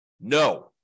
no